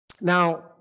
Now